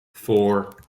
four